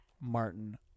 Martin